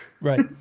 Right